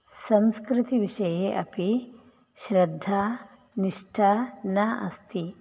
संस्कृतिविषये अपि श्रद्धा निष्ठा न अस्ति